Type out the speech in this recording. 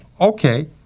okay